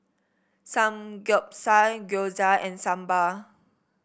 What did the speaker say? Samgeyopsal Gyoza and Sambar